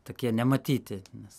tokie nematyti nes